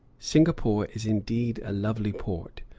singapore is indeed a lovely port.